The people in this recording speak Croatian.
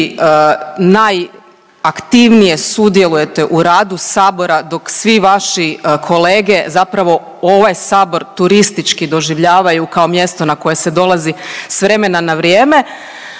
vi najaktivnije sudjelujete u radu sabora dok svi vaši kolege zapravo ovaj sabor turistički doživljavaju kao mjesto na koje se dolazi s vremena na vrijeme